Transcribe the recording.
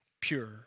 pure